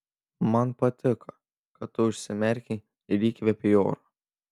man patiko kad tu užsimerkei ir įkvėpei oro